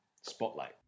Spotlight